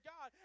God